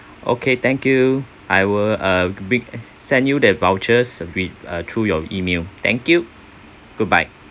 okay thank you I will uh be send you the vouchers with uh through your email thank you goodbye